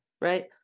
right